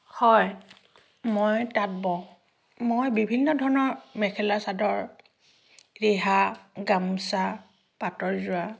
হয় মই তাঁত বওঁ মই বিভিন্ন ধৰণৰ মেখেলা চাদৰ ৰিহা গামোচা পাটৰ যোৰা